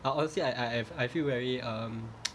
I honestly I I have I feel very um